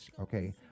okay